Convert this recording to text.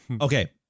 okay